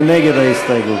מי נגד ההסתייגות?